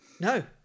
No